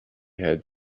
had